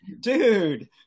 dude